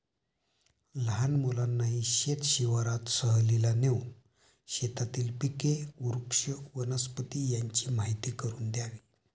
लहान मुलांनाही शेत शिवारात सहलीला नेऊन शेतातील पिके, वृक्ष, वनस्पती यांची माहीती करून द्यावी